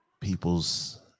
people's